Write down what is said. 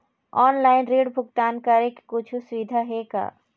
Online ऋण भुगतान करे के कुछू सुविधा हे का?